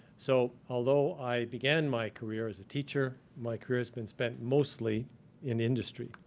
so, although i began my career as a teacher, my career has been spent mostly in industry.